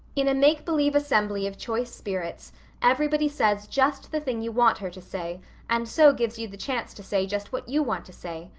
in a make believe assembly of choice spirits everybody says just the thing you want her to say and so gives you the chance to say just what you want to say.